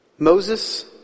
Moses